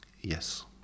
Yes